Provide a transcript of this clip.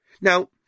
Now